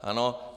Ano?